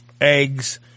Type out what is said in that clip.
eggs